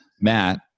Matt